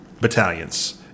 battalions